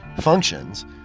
functions